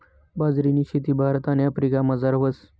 बाजरीनी शेती भारत आणि आफ्रिकामझार व्हस